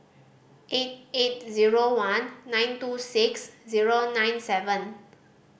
eight eight zero one nine two six zero nine seven